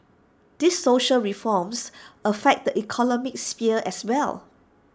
these social reforms affect the economic sphere as well